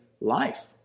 life